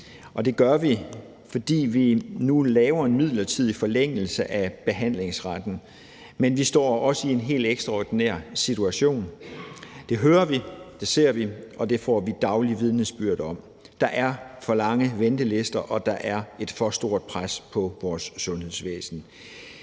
det tager vi, fordi vi nu laver en midlertidig forlængelse af behandlingsretten – men vi står også i en helt ekstraordinær situation. Det hører vi, det ser vi, og det får vi daglige vidnesbyrd om. Der er for lange ventelister, og der er et for stort pres på vores sundhedsvæsen.